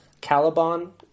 Caliban